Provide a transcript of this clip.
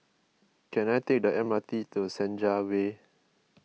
can I take the M R T to Senja Way